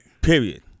Period